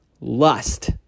lust